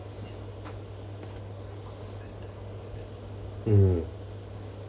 mm